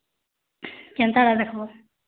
କେନ୍ତାଟା ଦେଖ୍ବ